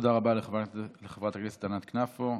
תודה רבה לחברת הכנסת ענת כנפו.